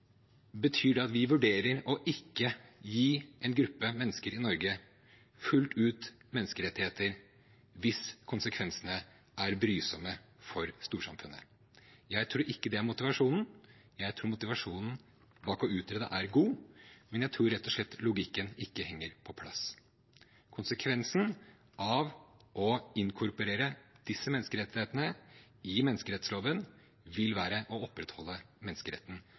Betyr det at vi vurderer å ikke gi en gruppe mennesker i Norge menneskerettigheter fullt ut hvis konsekvensene er brysomme for storsamfunnet? Jeg tror ikke det er motivasjonen. Jeg tror motivasjonen bak å utrede er god, men jeg tror rett og slett logikken ikke er på plass. Konsekvensen av å inkorporere disse menneskerettighetene i menneskerettsloven vil være å opprettholde menneskeretten